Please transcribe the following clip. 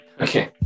Okay